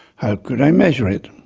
how could i measure it?